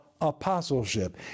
apostleship